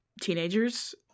teenagers